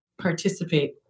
participate